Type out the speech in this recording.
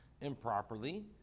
improperly